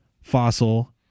fossil